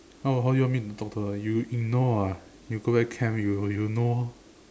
how how you want me to talk to her you ignore what you go back camp you you know